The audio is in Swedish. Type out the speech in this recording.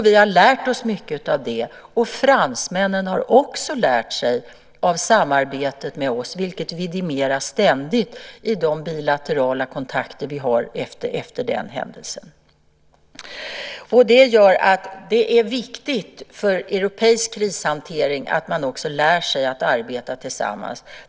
Vi har lärt oss mycket av det, och fransmännen har också lärt sig av samarbetet med oss, vilket ständigt vidimeras i de bilaterala kontakter vi har efter den händelsen. Det är alltså viktigt för europeisk krishantering att vi lär oss att arbeta tillsammans.